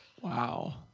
Wow